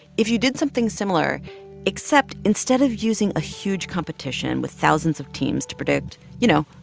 if you did something similar except instead of using a huge competition with thousands of teams to protect, you know,